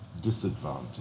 disadvantage